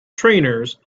trainers